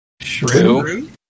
Shrew